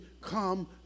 come